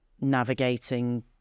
navigating